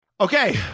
Okay